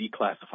declassified